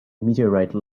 meteorite